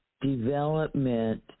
development